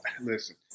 listen